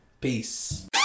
Peace